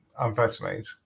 amphetamines